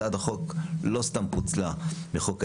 הצעת החוק לא סתם פוצלה מחוק ההסדרים.